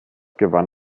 gewann